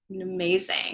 Amazing